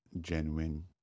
genuine